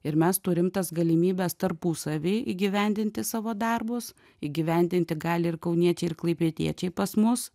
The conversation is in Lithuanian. ir mes turim tas galimybes tarpusavy įgyvendinti savo darbus įgyvendinti gali ir kauniečiai ir klaipėdiečiai pas mus